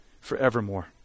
forevermore